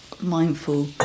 mindful